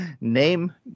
Name